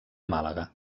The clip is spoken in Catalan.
màlaga